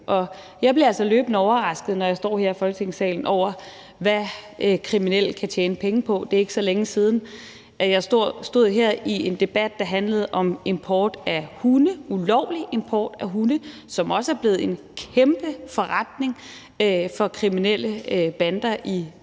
altså løbende overrasket, når jeg står her i Folketingssalen, over, hvad kriminelle kan tjene penge på. Det er ikke så længe siden, jeg stod her i en debat, der handlede om import af hunde, ulovlig import af hunde, som også er blevet en kæmpe forretning for kriminelle bander i Europa.